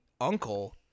uncle